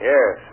Yes